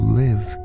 live